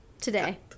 Today